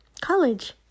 college